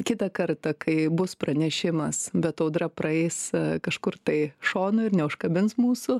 kitą kartą kai bus pranešimas bet audra praeis kažkur tai šonu ir neužkabins mūsų